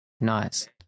Nice